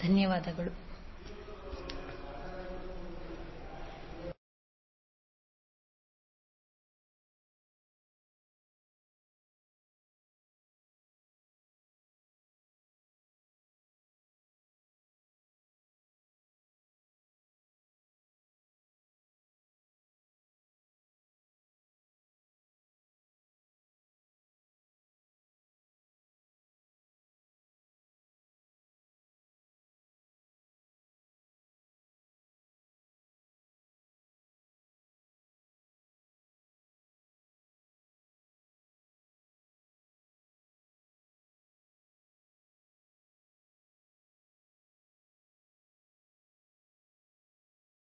ಧನ್ಯವಾದಗಳು